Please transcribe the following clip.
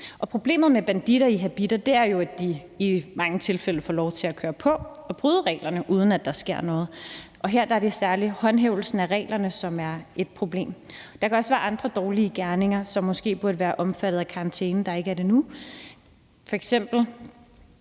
Problemet med banditter i habitter er jo, at de i mange tilfælde får lov til at køre på og bryde reglerne, uden at der sker noget, og her er det særlig håndhævelsen af reglerne, som er et problem. Der kan også være andre dårlige gerninger, som måske burde være omfattet af karantænen, men som ikke er det nu – f.eks.